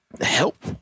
help